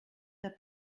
their